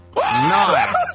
Nice